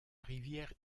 rivière